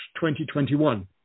2021